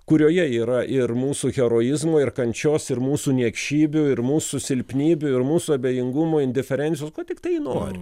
kurioje yra ir mūsų heroizmo ir kančios ir mūsų niekšybių ir mūsų silpnybių ir mūsų abejingumo indiferencijos ko tiktai nori